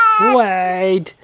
Wait